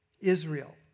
Israel